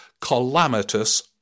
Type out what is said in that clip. calamitous